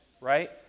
right